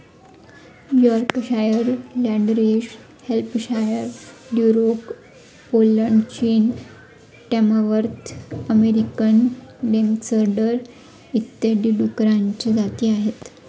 Yorkshire, Landrace Hampshire, Duroc Poland, चीन, Tamworth American लेन्सडर इत्यादी डुकरांच्या जाती आहेत